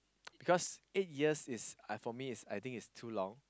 because eight years is uh for me I think is too long